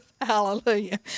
hallelujah